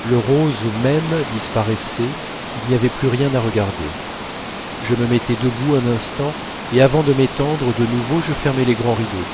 le rose même disparaissait il n'y avait plus rien à regarder je me mettais debout un instant et avant de m'étendre de nouveau je fermais les grands rideaux